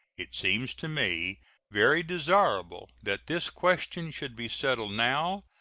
it seems to me very desirable that this question should be settled now,